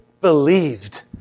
believed